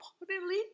importantly